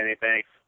Thanks